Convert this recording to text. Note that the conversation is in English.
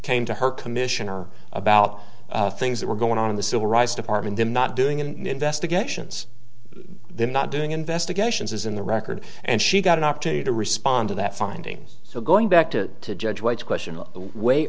came to her commissioner about things that were going on in the civil rights department i'm not doing in investigations they're not doing investigations is in the record and she got an opportunity to respond to that findings so going back to judge white's question